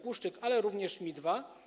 Puszczyk, ale również Mi-2.